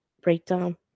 breakdown